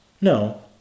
No